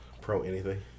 Pro-anything